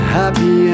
happy